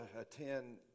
attend